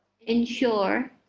ensure